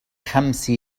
خمس